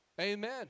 Amen